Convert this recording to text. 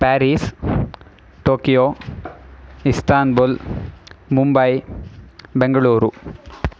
Paris Tokyo Istanbul Mumbai Bengaluru